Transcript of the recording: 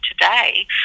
today